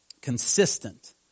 consistent